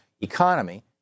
economy